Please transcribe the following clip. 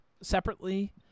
separately